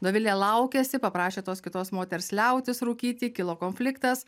dovilė laukėsi paprašė tos kitos moters liautis rūkyti kilo konfliktas